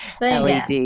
LED